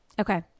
Okay